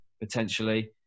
potentially